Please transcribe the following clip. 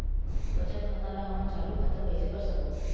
बचत खाता ला हमन चालू खाता कइसे कर सकबो?